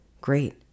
Great